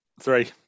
Three